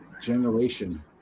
generation